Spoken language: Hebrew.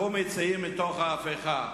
קומי צאי מתוך ההפכה".